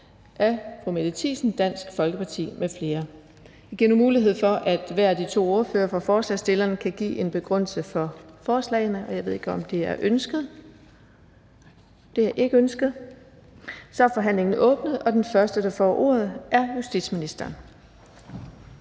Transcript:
Den fg. formand (Birgitte Vind): Jeg giver nu mulighed for, at hver af de to ordførere for forslagsstillerne kan give en begrundelse for forslagene. Jeg ved ikke, om det er ønsket. Det er ikke ønsket. Så er forhandlingen åbnet, og den første, der får ordet, er justitsministeren.